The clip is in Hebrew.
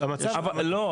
לא,